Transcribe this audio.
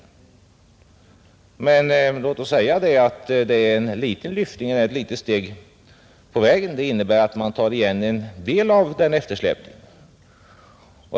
Men låt oss säga att det är en liten lyftning, ett litet steg på vägen — det innebär att man tar igen en del av eftersläpningen.